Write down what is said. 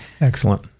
Excellent